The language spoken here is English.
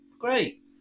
great